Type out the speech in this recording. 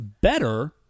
better